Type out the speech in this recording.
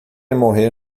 morrer